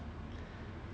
mm